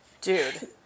dude